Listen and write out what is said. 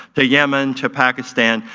to yemenn to pakistan,